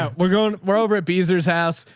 ah we're going we're over at beasley's house.